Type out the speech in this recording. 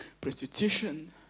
prostitution